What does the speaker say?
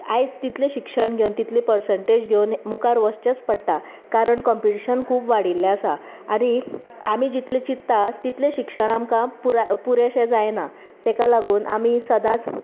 आयज तितलें शिक्षण घेवन तितलें पर्संटेज घेवन मुखार वचचेंच पडटा कारण कम्पिटिशन खूब वाडिल्लें आसा आनी आमी जितलें चिंतता तितलें शिक्षण आमकां पुराय पुरेंशें जायना ताका लागून आमी सदांच